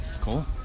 Cool